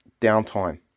downtime